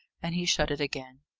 and he shut it again.